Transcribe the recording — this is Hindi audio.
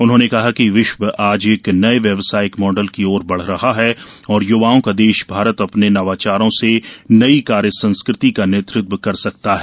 उन्होंने कहा कि विश्व आज एक नये व्यावसायिक मॉडल की ओर बढ़ रहा है और युवाओं का देश भारत अपने नवाचारों से नई कार्य संस्कृति का नेतृत्व कर सकता है